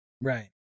Right